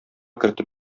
кертеп